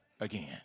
again